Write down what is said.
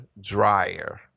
dryer